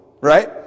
Right